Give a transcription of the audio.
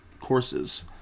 courses